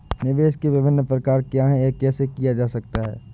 निवेश के विभिन्न प्रकार क्या हैं यह कैसे किया जा सकता है?